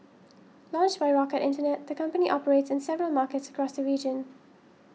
launched by Rocket Internet the company operates in several markets across the region